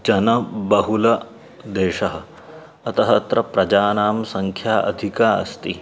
जनबहुल देशः अतः अत्र प्रजानां सङ्ख्या अधिका अस्ति